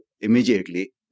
immediately